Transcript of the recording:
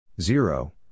Zero